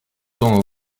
tant